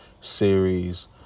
series